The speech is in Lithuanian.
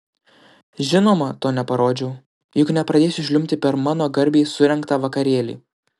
žinoma to neparodžiau juk nepradėsiu žliumbti per mano garbei surengtą vakarėlį